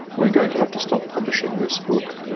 we're going to have to stop publishing this book.